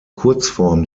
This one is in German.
kurzform